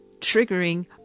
triggering